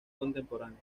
contemporánea